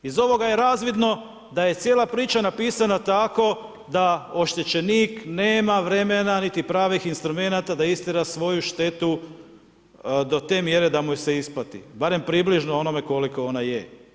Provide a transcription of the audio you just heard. Iz ovoga je razvidno da je cijela priča na pisana tako da oštećenik nema vremena niti pravih instrumenata da istjera svoju štetu do te mjere da mu se isplati barem približno onome koliko ona je.